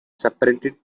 separated